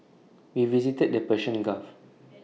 we visited the Persian gulf